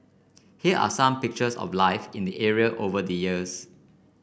here are some pictures of life in the area over the years